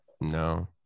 No